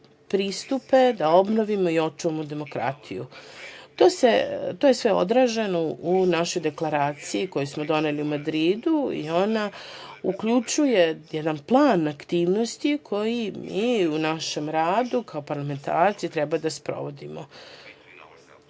pristupe da obnovimo i očuvamo demokratiju. To je sve odraženo u našoj deklaraciji koju smo doneli u Madridu i ona uključuje jedan plan aktivnosti koji mi u našem radu kao parlamentarci treba da sprovodimo.